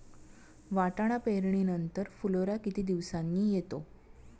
वाटाणा पेरणी नंतर फुलोरा किती दिवसांनी येतो?